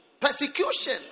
Persecution